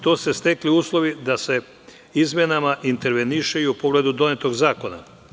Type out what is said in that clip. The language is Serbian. Tako su se stekli uslovi da se izmenama interveniše i u pogledu donetog zakona.